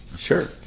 Sure